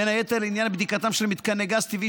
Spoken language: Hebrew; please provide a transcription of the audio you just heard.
בין היתר לעניין בדיקתם של מתקני גז טבעי